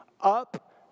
Up